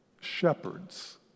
shepherds